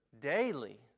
daily